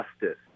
justice